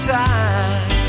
time